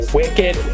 wicked